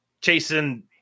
chasing